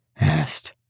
asked